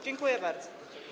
Dziękuję bardzo.